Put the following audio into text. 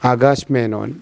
Akash Menon